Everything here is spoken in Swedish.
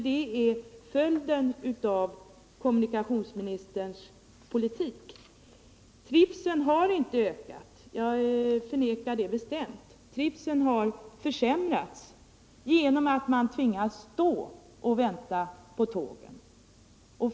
Det är följden av kommunikationsministerns politik. Trivseln har inte ökat. Jag förnekar det bestämt. Trivseln har försämrats genom att man tvingas stå och vänta på tågen.